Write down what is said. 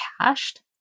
cached